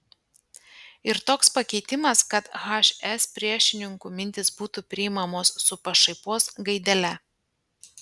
ir toks pakeitimas kad hs priešininkų mintys būtų priimamos su pašaipos gaidele